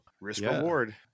risk-reward